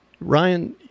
Ryan